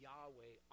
Yahweh